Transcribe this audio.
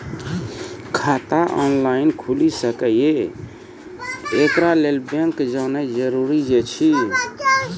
खाता ऑनलाइन खूलि सकै यै? एकरा लेल बैंक जेनाय जरूरी एछि?